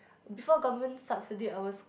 before government subsidy I was